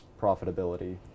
profitability